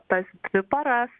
tas dvi paras